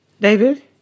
David